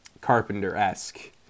carpenter-esque